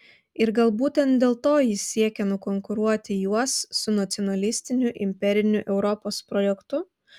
ir gal būtent dėl to jis siekia nukonkuruoti juos su nacionalistiniu imperiniu europos projektu